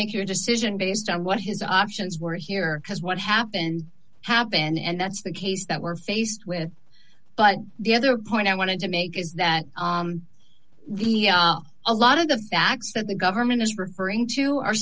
make your decision based on what his options were here has what happened happen and that's the case that we're faced with but the other point i wanted to make is that the l a lot of the facts that the government is referring to are